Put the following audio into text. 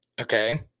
Okay